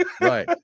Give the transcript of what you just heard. right